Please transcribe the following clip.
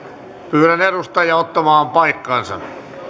pyydän edustajia ottamaan paikkansa